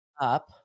up